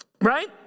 right